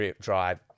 drive